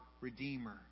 Redeemer